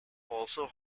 also